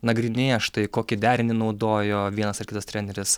nagrinėja štai kokį derinį naudojo vienas ar kitas treneris